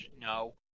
No